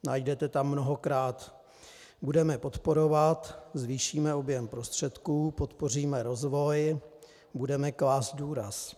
Najdete tam mnohokrát: budeme podporovat, zvýšíme objem prostředků, podpoříme rozvoj, budeme klást důraz.